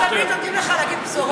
למה תמיד נותנים לך להגיד בשורות,